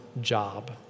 job